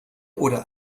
oder